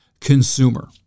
consumer